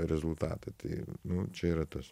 rezultatą tai čia yra tas